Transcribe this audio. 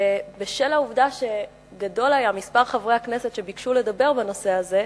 ובשל העובדה שגדול היה מספר חברי הכנסת שביקשו לדבר בנושא הזה,